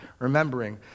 Remembering